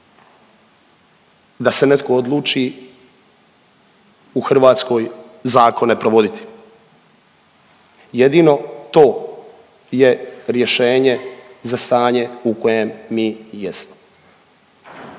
da se netko odluči u Hrvatskoj zakone provoditi, jedino to je rješenje za stanje u kojem mi jesmo.